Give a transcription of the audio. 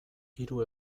hiru